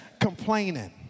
complaining